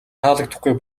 таалагдахгүй